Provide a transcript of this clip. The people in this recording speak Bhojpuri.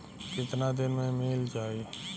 कितना दिन में मील जाई?